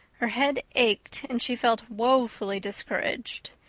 her head ached and she felt woefully discouraged.